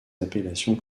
appellations